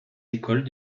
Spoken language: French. écoles